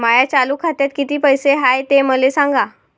माया चालू खात्यात किती पैसे हाय ते मले सांगा